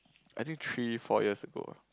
I think three four years ago ah